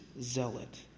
zealot